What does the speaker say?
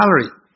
salary